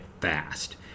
fast